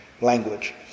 language